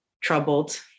troubled